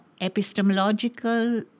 epistemological